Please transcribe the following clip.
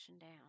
down